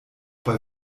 bei